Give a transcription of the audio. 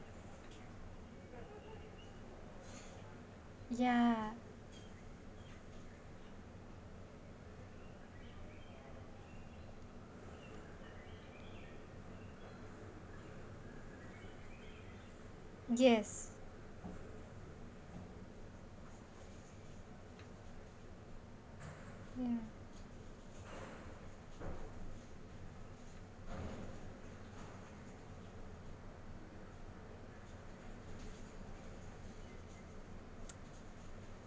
ya yes ya